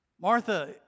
Martha